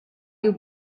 you